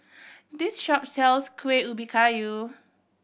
this shop sells Kuih Ubi Kayu